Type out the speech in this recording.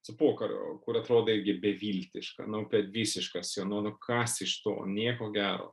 su pokariu kur atrodo irgi beviltiška nu bet visiškas nu kas iš to nieko gero